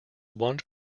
one